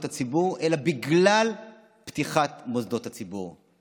הציבור" אלא "בגלל פתיחת מוסדות הציבור".